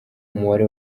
umubare